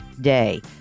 day